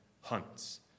hunts